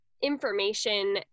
information